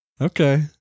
Okay